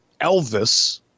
Elvis –